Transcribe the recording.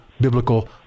biblical